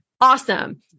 awesome